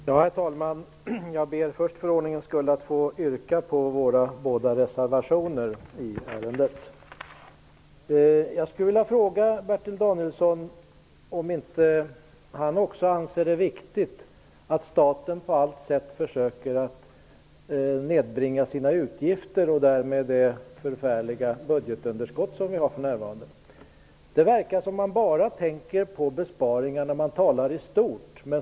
Herr talman! Jag ber först för ordningens skull att få yrka bifall till våra båda reservationer i ärendet. Jag skulle vilja fråga Bertil Danielsson om inte också han anser det viktigt att staten på allt sätt försöker att nedbringa sina utgifter och därmed det förfärliga budgetunderskott som vi har för närvarande. Det verkar som om man bara tänker på besparingar när man talar i stort.